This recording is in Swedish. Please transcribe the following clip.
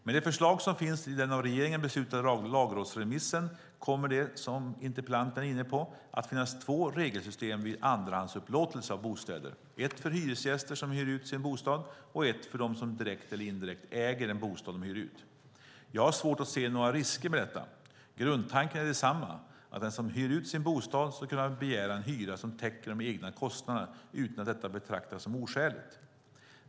Med det förslag som finns i den av regeringen beslutade lagrådsremissen kommer det, som interpellanten är inne på, att finnas två regelsystem vid andrahandsupplåtelse av bostäder, ett för hyresgäster som hyr ut sin bostad och ett för de som direkt eller indirekt äger den bostad de hyr ut. Jag har svårt att se några risker med detta. Grundtanken är densamma, att den som hyr ut sin bostad ska kunna begära en hyra som täcker de egna kostnaderna utan att detta betraktas som oskäligt.